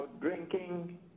drinking